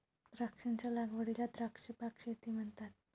द्राक्षांच्या लागवडीला द्राक्ष बाग शेती म्हणतात